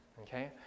Okay